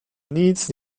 nic